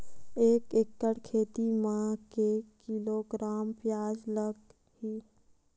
एक एकड़ खेती म के किलोग्राम प्याज लग ही?